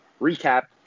recap